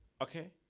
Okay